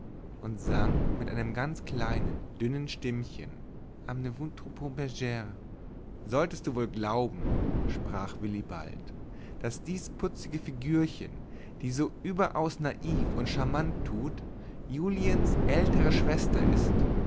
und sang mit einem ganz kleinen dünnen stimmchen amenez vos troupeaux bergres solltest du wohl glauben sprach willibald daß dies putzige figurchen die so überaus naiv und scharmant tut juliens ältere schwester ist